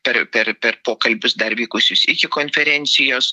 per per per pokalbius dar vykusius iki konferencijos